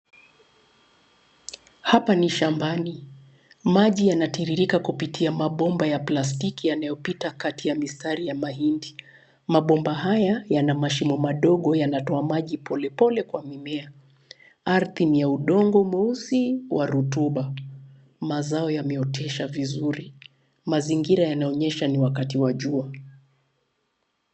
Hapa ni shambani. Maji yanatiririka kupitia mabomba ya plastiki yanayopita kati ya mistari ya mahindi. Mabomba haya yana mashimo madogo, yanatoa maji polepole kwa mimea. Ardhi ni ya udongo mweusi wa rutuba. Mazao yameotesha vizuri. Mazingira yanaonyesha ni wakati wa jua.